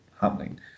happening